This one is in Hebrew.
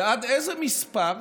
ועד איזה מספר?